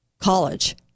College